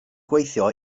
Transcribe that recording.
gweithio